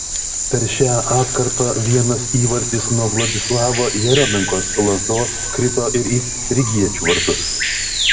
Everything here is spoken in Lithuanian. per šią atkarpą vienas įvartis nuo vladislavo jeriomenkos lazdos krito ir į rygiečių vartus